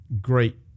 great